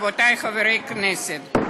רבותי חברי הכנסת,